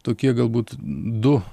tokie galbūt du